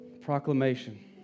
Proclamation